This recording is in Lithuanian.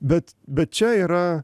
bet bet čia yra